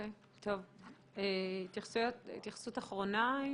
התייחסות אחרונה,